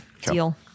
Deal